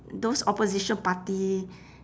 those opposition party